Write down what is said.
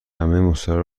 مستراح